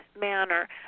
manner